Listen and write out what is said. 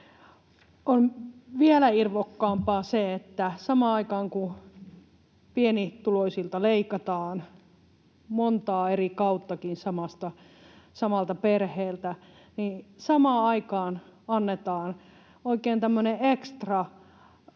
On vielä irvokkaampaa se, että samaan aikaan, kun pienituloisilta leikataan, montaa eri kauttakin samalta perheeltä, annetaan oikein tämmöinen